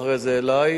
ואחרי זה אלי,